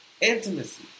Intimacy